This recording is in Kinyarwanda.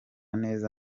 neza